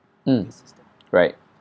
um right